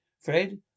Fred